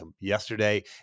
yesterday